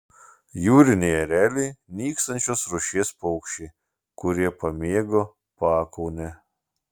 jūriniai ereliai nykstančios rūšies paukščiai kurie pamėgo pakaunę